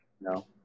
No